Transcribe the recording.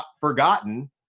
forgotten